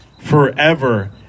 forever